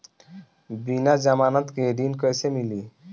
बिना जमानत के ऋण कैसे मिली?